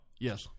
Yes